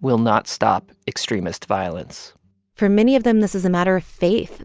will not stop extremist violence for many of them, this is a matter of faith.